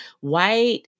white